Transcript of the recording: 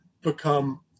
become